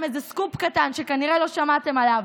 המתמשכת.